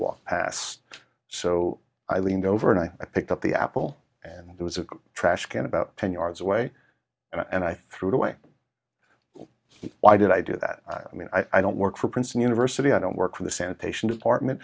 walk past so i leaned over and i picked up the apple and it was a trash can about ten yards away and i threw it away why did i do that i mean i don't work for princeton university i don't work for the sanitation department